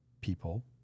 people